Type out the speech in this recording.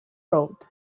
road